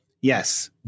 yes